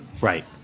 Right